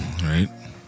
right